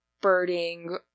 birding